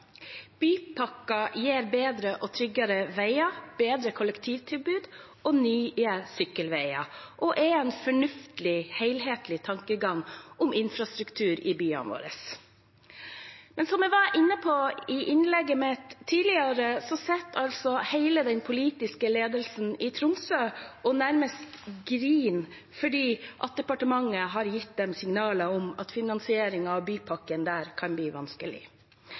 gir bedre og tryggere veier, bedre kollektivtilbud, nye sykkelveier og er en fornuftig, helhetlig tankegang om infrastruktur i byene våre. Men som jeg var inne på i innlegget mitt tidligere, sitter hele den politiske ledelsen i Tromsø og nærmest griner fordi departementet har gitt dem signaler om at finansiering av bypakken der kan bli vanskelig.